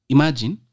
Imagine